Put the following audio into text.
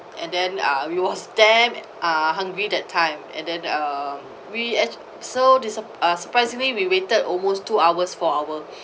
and then uh we was damn uh hungry that time and then uh we ac~ so disa~ uh surprisingly we waited almost two hours for our